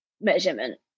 measurement